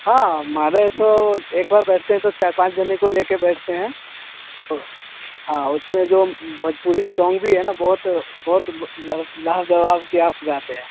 हाँ मारे तो एक बार बैठते हैं तो चार पाँच जन को ले कर बैठते हैं तो हाँ उसमें जो भोजपुरी सॉन्ग भी है ना बहुत बहुत लाजवाब क्या आप गाते हैं